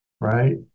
right